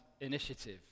initiative